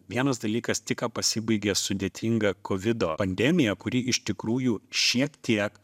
vienas dalykas tik ką pasibaigė sudėtinga kovido pandemija kuri iš tikrųjų šiek tiek